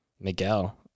Miguel